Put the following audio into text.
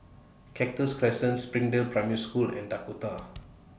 Cactus Crescent Springdale Primary School and Dakota